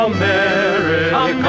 America